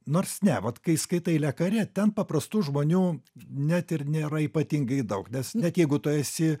nors ne vat kai skaitai le kare ten paprastų žmonių net ir nėra ypatingai daug nes net jeigu tu esi